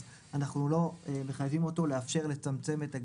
ולכן אז גם אי אפשר לתת את הרשאת